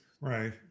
Right